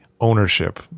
ownership